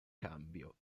cambio